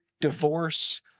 divorce